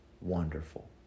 wonderful